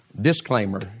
disclaimer